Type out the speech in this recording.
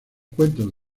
cuentos